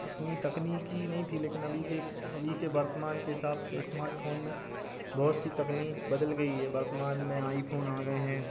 उतनी तकनीकी नहीं थी लेकिन अभी के अभी के वर्तमान के हिसाब से स्मार्टफोन में बहुत सी तकनीक बदल गई है वर्तमान में आईफोन आ गए हैं